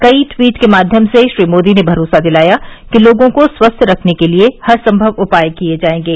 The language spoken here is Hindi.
कई ट्वीट के माध्यम से श्री मोदी ने भरोसा दिलाया कि लोगों को स्वस्थ रखने के लिए हरसंभव उपाय किये जायेंगे